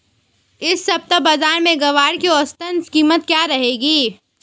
इस सप्ताह बाज़ार में ग्वार की औसतन कीमत क्या रहेगी?